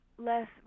Less